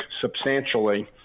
substantially